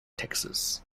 texas